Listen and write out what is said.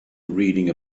reading